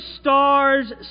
stars